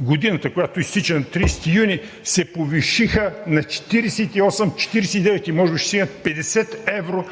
годината, която изтича на 30 юни се повишиха на 48 – 49 и може би ще стигнат 50 евро